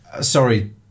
sorry